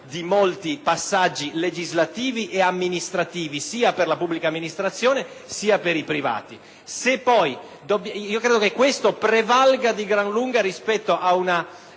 di molti passaggi legislativi amministrativi, sia per la pubblica amministrazione sia per i privati. Io credo che questo prevalga di gran lunga rispetto ad